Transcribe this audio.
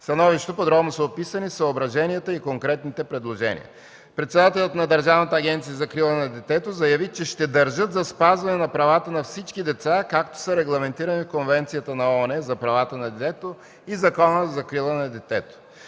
становището подробно са описани съображенията и конкретните предложения. Председателят на Държавната агенция за закрила на детето заяви, че ще държат за спазване правата на всички деца, както са регламентирани в Конвенцията на ООН за правата на детето и в Закона за закрила на детето.